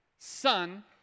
Son